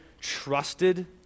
trusted